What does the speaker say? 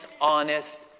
honest